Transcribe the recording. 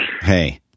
Hey